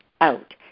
out